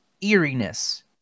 eeriness